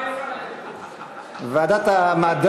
או ועדת המעקב.